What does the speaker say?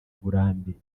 uburambe